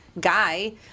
guy